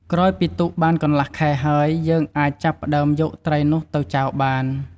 ក្រោយពីទុកបានកន្លះខែហើយ យើងអាចចាប់ផ្ដើមយកត្រីនោះទៅចាវបាន។